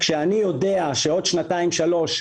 כשאני יודע שבעוד שנתיים-שלוש,